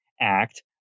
Act